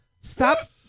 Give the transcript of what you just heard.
stop